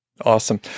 Awesome